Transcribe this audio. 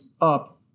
up